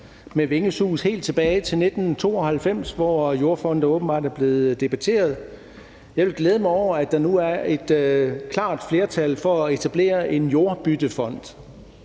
med vingesus helt tilbage til 1992, hvor jordfonde åbenbart blev debatteret. Jeg vil glæde mig over, at der nu er et klart flertal for at etablere en jordbyttefond.